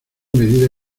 medida